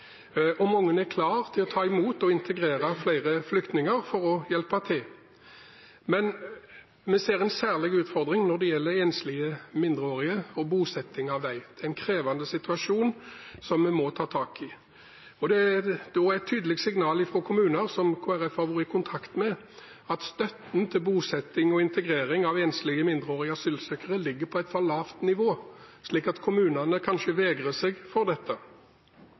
og mange er klar til å ta imot og integrere flere flyktninger for å hjelpe til. Men vi ser en særlig utfordring når det gjelder enslige mindreårige og bosetting av dem. Det er en krevende situasjon som vi må ta tak i. Det er et tydelig signal fra kommuner som Kristelig Folkeparti har vært i kontakt med, at støtten til bosetting og integrering av enslige mindreårige asylsøkere ligger på et for lavt nivå, så kommunene vegrer seg kanskje for dette.